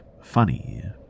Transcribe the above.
funny